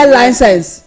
license